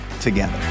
together